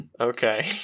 Okay